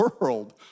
world